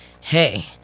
hey